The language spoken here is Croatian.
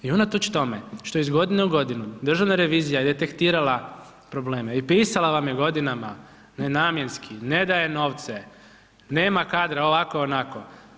I unatoč tome, što iz godine u godinu, državna revizija je detektirala probleme i pisala vam se godinama, nenamjenski, ne daje novce, nema kadra, ovako, onako.